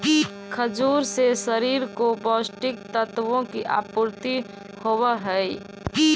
खजूर से शरीर को पौष्टिक तत्वों की आपूर्ति होवअ हई